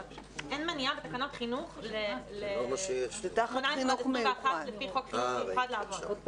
אבל אין מניעה בתקנות חינוך ל-21-18 לפי חוק חינוך מיוחד לעבוד.